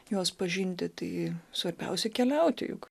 juos pažinti tai svarbiausia keliauti juk